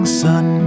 sun